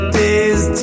days